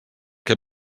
que